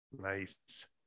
Nice